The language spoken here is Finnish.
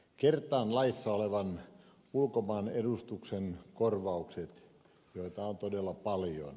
kertaan laissa olevan ulkomaanedustuksen korvaukset joita on todella paljon